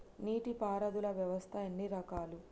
నీటి పారుదల వ్యవస్థ ఎన్ని రకాలు?